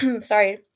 sorry